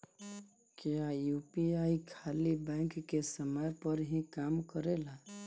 क्या यू.पी.आई खाली बैंक के समय पर ही काम करेला?